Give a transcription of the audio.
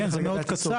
זה מאוד קצר.